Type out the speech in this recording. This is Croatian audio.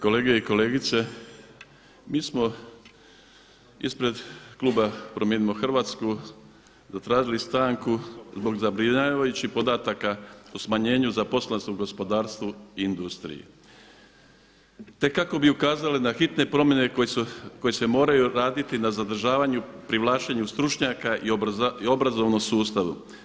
Kolege i kolegice, mi smo ispred kluba Promijenimo Hrvatsku zatražili stanku zbog zabrinjavajućih podataka o smanjenju zaposlenosti u gospodarstvu i industriji, te kako bi ukazali na hitne promjene koje se moraju raditi na zadržavanju, privlačenju stručnjaka obrazovnom sustavu.